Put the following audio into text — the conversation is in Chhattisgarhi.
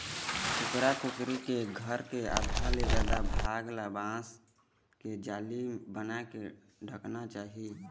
कुकरा कुकरी के घर के आधा ले जादा भाग ल बांस के जाली बनाके ढंकना चाही